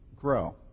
grow